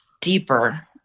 deeper